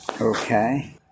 Okay